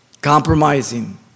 Compromising